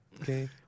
okay